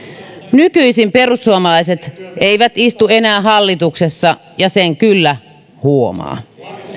nykyisin perussuomalaiset eivät istu enää hallituksessa ja sen kyllä huomaa